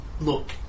look